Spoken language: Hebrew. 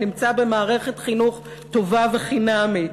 נמצא במערכת חינוך טובה וחינמית,